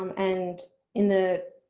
um and in the